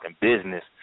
business